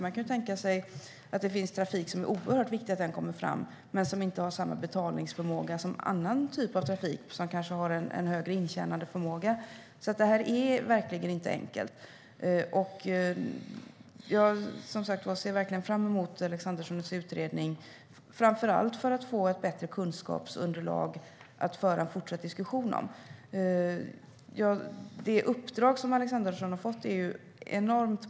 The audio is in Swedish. Man kan ju tänka sig att det finns trafik som är oerhört viktig att den kommer fram men som inte har samma betalningsförmåga som annan typ av trafik, som har högre intjänandeförmåga. Det är verkligen inte enkelt. Jag ser fram emot Alexanderssons utredning, framför allt för att få ett bättre kunskapsunderlag för en fortsatt diskussion. Det uppdrag som Alexandersson har fått är enormt.